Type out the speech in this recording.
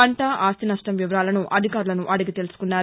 పంట ఆస్తి నష్ణం వివరాలను అధికారులను అడిగి తెలుసుకున్నారు